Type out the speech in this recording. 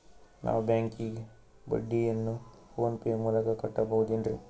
ನಾವು ಬ್ಯಾಂಕಿಗೆ ಬಡ್ಡಿಯನ್ನು ಫೋನ್ ಪೇ ಮೂಲಕ ಕಟ್ಟಬಹುದೇನ್ರಿ?